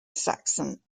saxon